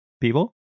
people